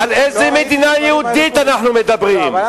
על איזה מדינה יהודית אנחנו מדברים?